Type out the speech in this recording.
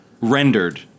rendered